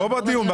לא בדיון הקודם.